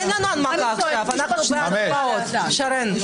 אין הנמקה עכשיו, אנחנו בהצבעות, שרן.